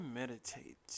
meditate